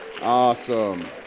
Awesome